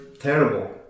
terrible